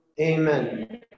Amen